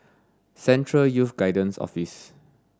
Central Youth Guidance Office